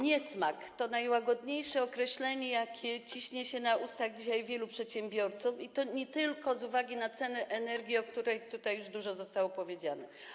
Niesmak - to najłagodniejsze określenie, jakie ciśnie się na usta dzisiaj wielu przedsiębiorcom, i to nie tylko z uwagi na ceny energii, o których tutaj już dużo zostało powiedziane.